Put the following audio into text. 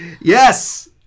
Yes